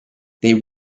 they